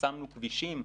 שחסמנו כבישים.